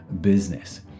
business